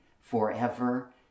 forever